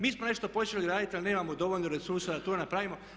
Mi smo nešto počeli raditi, ali nemamo dovoljno resursa da to napravimo.